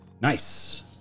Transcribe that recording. Nice